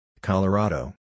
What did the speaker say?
Colorado